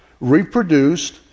reproduced